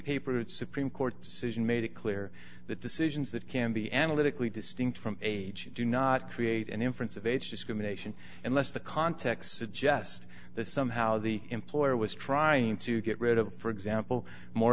that supreme court decision made it clear that decisions that can be analytically distinct from age do not create an inference of age discrimination unless the context suggest that somehow the employer was trying to get rid of for example more